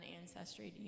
ancestry